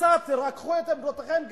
קצת תרככו את עמדותיכם,